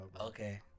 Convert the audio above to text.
Okay